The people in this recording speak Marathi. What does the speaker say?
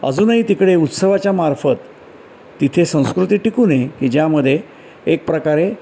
अजूनही तिकडे उत्सवाच्या मार्फत तिथे संस्कृती टिकू ने की ज्यामदे एक प्रकारे